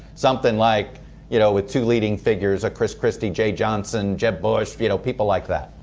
something like you know with two leading figures, a chris christie, johnson, jeb bush, you know people like that?